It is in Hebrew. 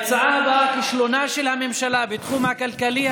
ההצעה הבאה: כישלונה של הממשלה בתחום הכלכלי,